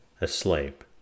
asleep